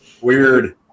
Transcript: Weird